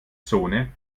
zone